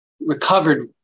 recovered